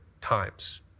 times